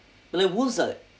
there was a